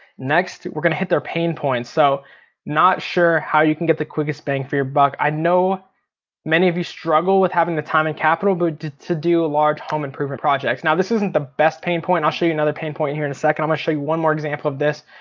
next we're gonna hit their pain point. so not sure how you can get the quickest bang for your buck? i know many of you struggle with having the time and capital but to do a large home improvement project. now this isn't the best pain point, i'll show you another pain point here in a second. i'm gonna show you one more example of this.